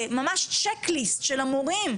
ממש צ'ק ליסט של המורים.